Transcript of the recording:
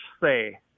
say